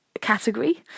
category